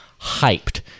hyped